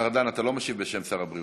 אני קובע כי ההצעות